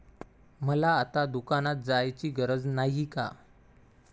मला आता दुकानात जायची गरज नाही का?